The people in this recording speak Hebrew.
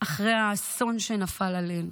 אחרי האסון שנפל עלינו.